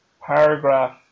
paragraph